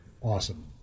awesome